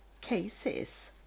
cases